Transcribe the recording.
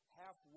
half